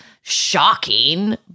shocking